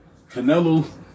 Canelo